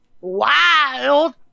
wild